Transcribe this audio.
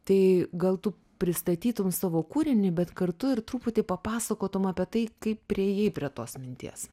tai gal tu pristatytum savo kūrinį bet kartu ir truputį papasakotum apie tai kaip priėjai prie tos minties